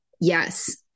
Yes